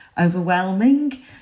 overwhelming